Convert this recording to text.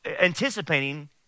Anticipating